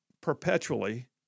perpetually